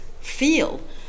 feel